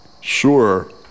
Sure